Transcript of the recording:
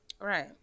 Right